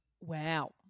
Wow